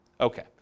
okay